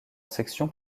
sections